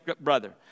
brother